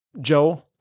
Joe